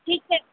ठीक छैऽ